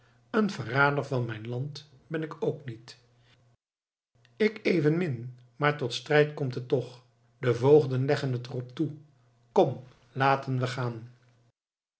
een verrader van mijn land ben ik ook niet ik evenmin maar tot strijd komt het toch de voogden leggen het er op toe kom laten we gaan